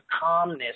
calmness